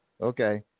okay